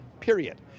Period